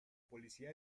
policía